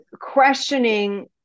questioning